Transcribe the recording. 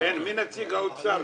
מי כאן נציג האוצר?